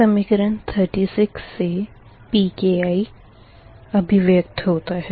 समीकरण 36 से Pki अभिव्यक्त होता है